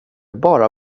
bara